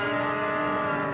and